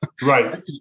Right